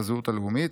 בזהות הלאומית,